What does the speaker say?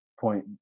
point